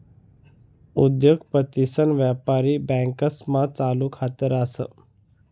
उद्योगपतीसन व्यापारी बँकास्मा चालू खात रास